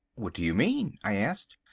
what do you mean, i asked.